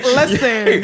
listen